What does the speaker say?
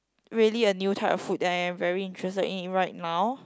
really a new type of food that I am very interested in right now